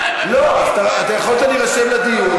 יכולת להירשם לדיון,